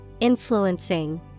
influencing